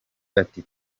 ati